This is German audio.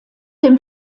dem